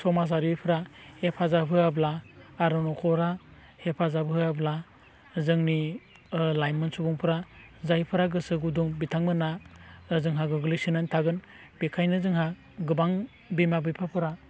समाजारिफोरा हेफाजाब होआब्ला आरो न'खरा हेफाजाब होआब्ला जोंनि लाइमोन सुबुंफोरा जायफोरा गोसो गुदुं बिथांमोना जोंहा गोग्लैसोनानै थागोन बेनिखायनो जोंहा गोबां बिमा बिफाफोरा